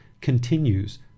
continues